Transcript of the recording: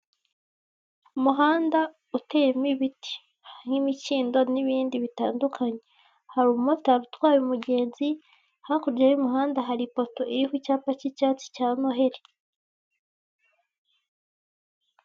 Umuhanda uteyemo ibiti nk'imikindo n'ibundi bitandukanye hari umumotari utwaye umugenzi hakurya hari ipoto iriho icyapa k'icyatsi cya noheli.